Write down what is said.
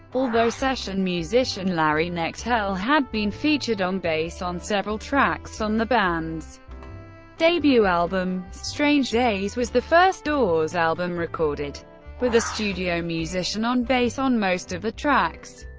although session musician larry knechtel had been featured on bass on several tracks on the band's debut album, strange days was the first doors album recorded with a studio musician on bass on most of the tracks,